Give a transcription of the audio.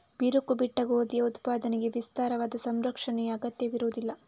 ಬಿರುಕು ಬಿಟ್ಟ ಗೋಧಿಯ ಉತ್ಪಾದನೆಗೆ ವಿಸ್ತಾರವಾದ ಸಂಸ್ಕರಣೆಯ ಅಗತ್ಯವಿರುವುದಿಲ್ಲ